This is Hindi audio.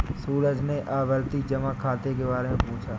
सूरज ने आवर्ती जमा खाता के बारे में पूछा